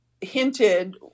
hinted